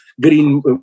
Green